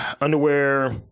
underwear